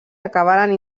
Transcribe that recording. acabaren